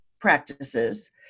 practices